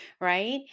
right